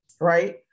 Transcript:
right